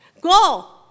go